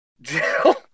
Jill